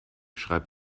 schreibt